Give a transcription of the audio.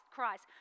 Christ